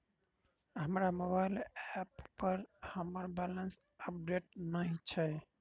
हमर mobile app पर हमर बैलेंस अपडेट नहि अछि